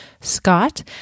Scott